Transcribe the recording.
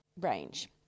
range